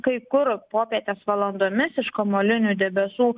kai kur popietės valandomis iš kamuolinių debesų